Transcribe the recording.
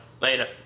Later